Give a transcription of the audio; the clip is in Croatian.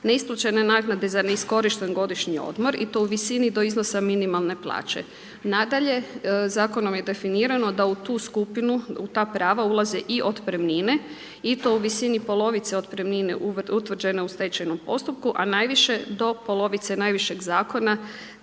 neisplaćene naknade za neiskorišteni godišnji odmor i to u visini do iznosa minimalne plaće. Nadalje, zakonom je definirano da u tu skupinu, u ta prava ulaze i otpremnine i to u visini polovice otpremnine utvrđene u stečajnom postupku a najviše do polovice najvišeg zakona,